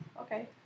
Okay